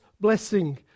blessing